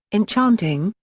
enchanting,